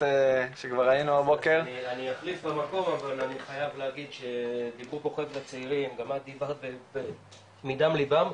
דיברו קודם צעירים מדם ליבם,